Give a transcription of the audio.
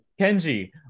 Kenji